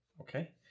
Okay